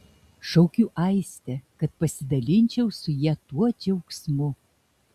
šaukiu aistę kad pasidalinčiau su ja tuo džiaugsmu